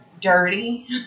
dirty